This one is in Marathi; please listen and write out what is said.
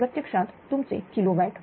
हे प्रत्यक्षात तुमचे किलो वॅट